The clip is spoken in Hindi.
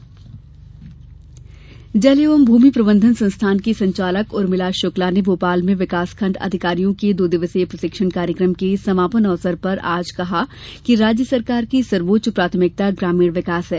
ग्रामीण विकास जल एवं भूमि प्रबंधन संस्थान की संचालक उर्मिला शक्ला ने भोपाल में विकासखण्ड अधिकारियों के दो दिवसीय प्रशिक्षण कार्यक्रम के समापन अवसर पर आज कहा कि राज्य सरकार की सर्वोच्च प्राथमिकता ग्रामीण विकास है